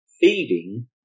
feeding